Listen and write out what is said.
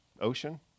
ocean